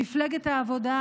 מפלגת העבודה,